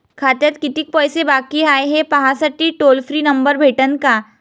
खात्यात कितीकं पैसे बाकी हाय, हे पाहासाठी टोल फ्री नंबर भेटन का?